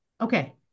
Okay